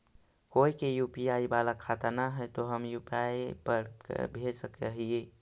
कोय के यु.पी.आई बाला खाता न है तो हम यु.पी.आई पर भेज सक ही?